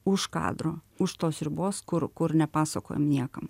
už kadro už tos ribos kur kur nepasakojam niekam